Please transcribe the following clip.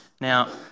Now